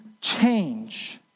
change